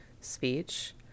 speech